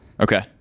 Okay